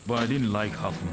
but i didn't like her